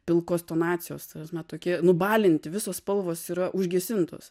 pilkos tonacijos na tokie nubalinti visos spalvos yra užgesintos